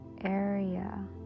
area